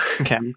Okay